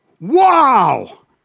wow